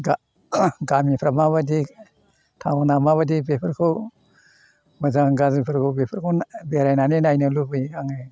गा गामिफ्रा मा बायदि टाउना मा बायदि बेफोरखौ मोजां गाज्रिफोरखौ बेफोरखौ बेरायनानै नायनो लुबैयो आङो